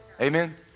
Amen